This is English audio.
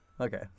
okay